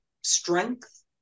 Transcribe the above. strength